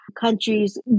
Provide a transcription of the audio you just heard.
countries